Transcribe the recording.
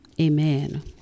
Amen